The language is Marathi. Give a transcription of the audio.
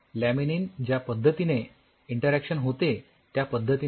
लॅमिनीन ज्या पद्धतीने इंटरॅक्शन होते त्या पद्धतीने समजण्यासाठी सोपा आहे